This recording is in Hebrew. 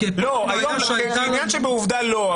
כעניין שבעובדה לא.